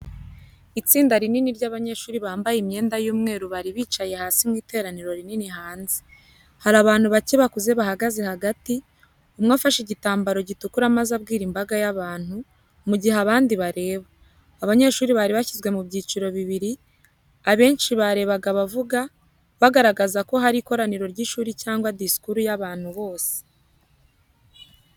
Itsinda rinini ry'abanyeshuri bambaye imyenda y'umweru bari bicaye hasi mu iteraniro rinini hanze. Hari abantu bake bakuze bahagaze hagati, umwe afashe igitambaro gitukura maze abwira imbaga y'abantu, mu gihe abandi bareba. Abanyeshuri bashyizwe mu byiciro bibiri, abenshi bareba abavuga, bagaragaza ko hari ikoraniro ry'ishuri cyangwa disikuru y'abantu bose.